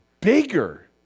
bigger